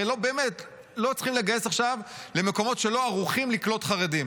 הרי לא צריכים לגייס עכשיו למקומות שלא ערוכים לקלוט חרדים.